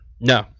No